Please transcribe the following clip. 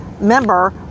member